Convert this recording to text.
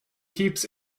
keeps